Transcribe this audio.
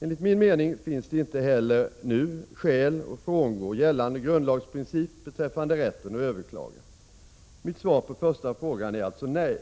Enligt min mening finns det inte heller nu skäl att frångå gällande grundlagsprincip beträffande rätten att överklaga. Mitt svar på första frågan är alltså nej.